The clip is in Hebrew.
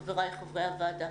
דבר אחרון, חבריי חברי הוועדה,